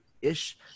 Ish